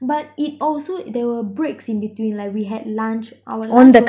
but it also there were breaks in between like we had lunch our lunch was